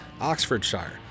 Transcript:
Oxfordshire